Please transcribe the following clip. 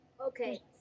Okay